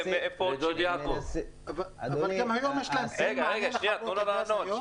ואיפה עוד -- אבל גם היום -- תנו לו לענות.